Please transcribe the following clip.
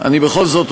בכל זאת,